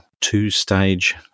two-stage